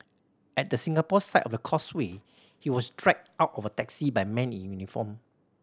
at the Singapore side of the Causeway he was dragged out of a taxi by men in uniform